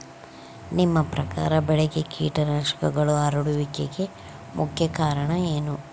ನಿಮ್ಮ ಪ್ರಕಾರ ಬೆಳೆಗೆ ಕೇಟನಾಶಕಗಳು ಹರಡುವಿಕೆಗೆ ಮುಖ್ಯ ಕಾರಣ ಏನು?